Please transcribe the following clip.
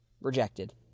Rejected